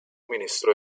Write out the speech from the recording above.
ministro